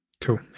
Cool